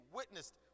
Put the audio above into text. witnessed